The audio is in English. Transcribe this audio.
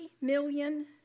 million